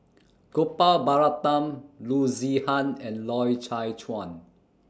Gopal Baratham Loo Zihan and Loy Chye Chuan